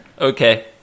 Okay